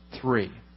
three